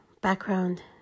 background